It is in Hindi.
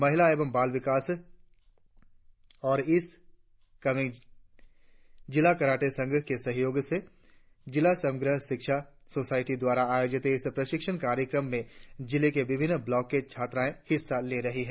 महिला एवं बाल विकास विभाग और ईस्ट कामेंग जिला कराटे संघ के सहयोग से जिला समग्र शिक्षा सोसायटी द्वारा आयोजित इस प्रशिक्षण कार्यक्रम में जिले के विभिन्न ब्लॉकों की छात्राएं हिस्सा ले रही हैं